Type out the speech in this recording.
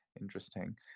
interesting